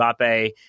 Mbappe